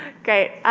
great.